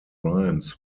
rhymes